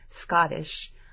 scottish